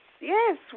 Yes